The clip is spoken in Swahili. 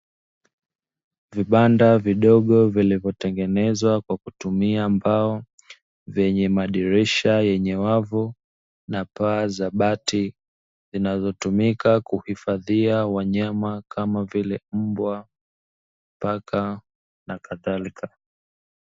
Vibanda vidogo vilivyotengenezwa kwa kutumia mbao, vyenye madirisha yenye wavu na paa za bati, zinazotumika kuhifadhia wanyama kama vile mbwa, paka nakadhalika,